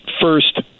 first